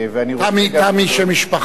תמי, שם המשפחה?